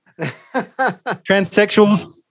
Transsexuals